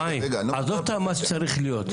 חיים, עזוב את מה שצריך להיות.